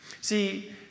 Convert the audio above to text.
See